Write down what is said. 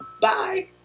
bye